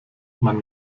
man